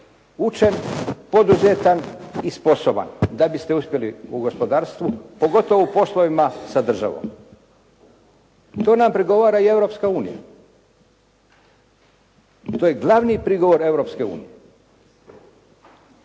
učen, poduzetan i sposoban da biste uspjeli u gospodarstvu pogotovo u poslovima sa državom. To nam prigovara i Europska unija. To je glavni prigovor Europske unije.